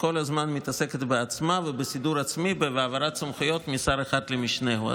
היא כל הזמן מתעסקת בעצמה ובסידור עצמי ובהעברת סמכויות משר אחד למשנהו.